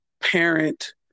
parent